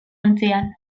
ontzian